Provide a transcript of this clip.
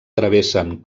travessen